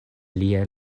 liaj